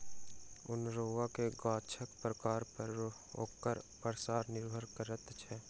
अनेरूआ गाछक प्रकार पर ओकर पसार निर्भर करैत छै